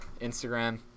Instagram